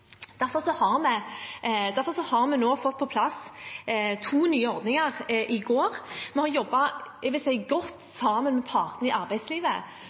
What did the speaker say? Derfor har vi nå fått på plass to nye ordninger, i går. Vi har jobbet godt, vil jeg si, sammen med partene i arbeidslivet